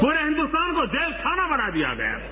प्ररे हिन्दुस्तान को जेल खाना बना दिया गया था